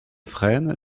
frênes